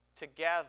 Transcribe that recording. together